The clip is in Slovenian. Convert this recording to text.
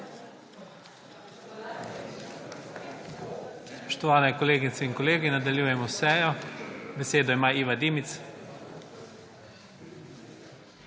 Spoštovani kolegice in kolegi, nadaljujemo s sejo. Besedo ima Iva Dimic.